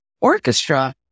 orchestra